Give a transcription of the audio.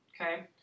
okay